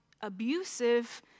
abusive